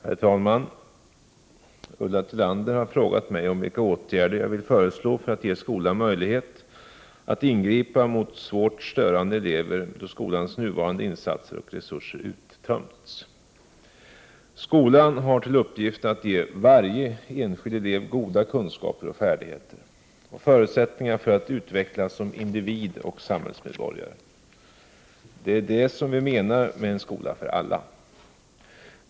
Herr talman! Ulla Tillander har frågat mig om vilka åtgärder jag vill föreslå för att ge skolan möjlighet att ingripa mot svårt störande elever då skolans nuvarande insatser och resurser uttömts. Skolan har till uppgift att ge varje enskild elev goda kunskaper och färdigheter och förutsättningar för att utvecklas som individ och samhällsmedborgare. Det är det vi menar med en skola för alla.